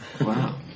Wow